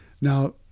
now